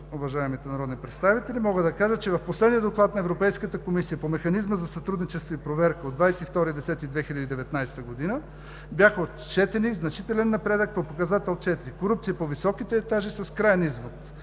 уважаемите народни представители, мога да кажа, че в последния Доклад на Европейската комисия по Механизма за сътрудничество и проверка от 22 октомври 2019 г. беше отчетен значителен напредък по показател 4 – корупция по високите етажи, с краен извод,